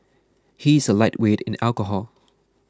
he is a lightweight in alcohol